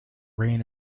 reign